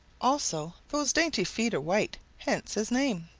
also those dainty feet are white, hence his name.